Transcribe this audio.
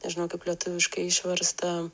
nežinau kaip lietuviškai išversta